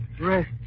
Rest